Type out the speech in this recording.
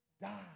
die